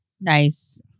Nice